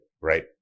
Right